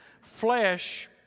Flesh